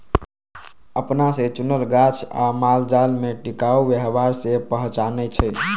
अपना से चुनल गाछ आ मालजाल में टिकाऊ व्यवहार से पहचानै छै